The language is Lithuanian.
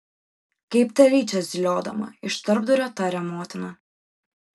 kaip telyčia zyliodama iš tarpdurio taria motina